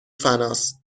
فناس